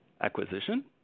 acquisition